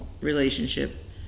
relationship